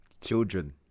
Children